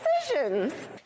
decisions